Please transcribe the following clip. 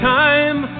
time